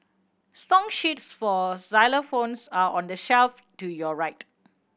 song sheets for xylophones are on the shelf to your right